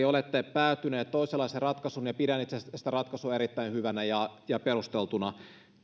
olette päätynyt toisenlaiseen ratkaisuun ja itse asiassa pidän tätä ratkaisua erittäin hyvänä ja ja perusteltuna